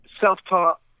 self-taught